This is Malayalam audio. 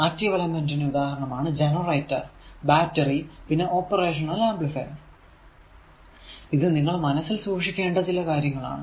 ആക്റ്റീവ് എലെമെന്റുനു ഉദാഹരണമാണ് ജനറേറ്റർ ബാറ്ററി പിന്നെ ഓപ്പറേഷനൽ ആംപ്ലിഫൈർ ഇത് നിങ്ങൾ മനസ്സിൽ സൂക്ഷിക്കേണ്ട ചില കാര്യങ്ങൾ ആണ്